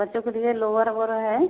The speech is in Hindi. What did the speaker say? बच्चों के लिए लोअर ओअर है